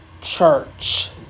church